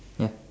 ya